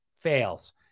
Fails